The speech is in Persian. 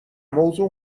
موضوع